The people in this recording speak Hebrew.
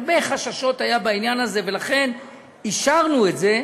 היו הרבה חששות בעניין הזה, ולכן אישרנו את זה,